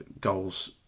goals